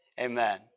amen